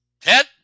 Ted